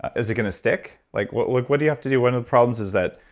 is it going to stick? like what like what do you have to do? one of the problems is that,